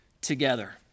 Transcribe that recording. together